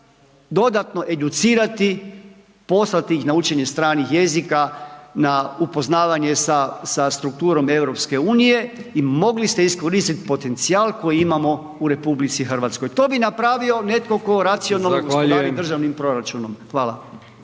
dodatno educirati, poslati ih na učenje stranih jezika, na upoznavanje sa strukturom EU i mogli ste iskoristiti potencijal koji imamo u RH. To bi napravio netko tko racionalno gospodari državnim proračunom. Hvala.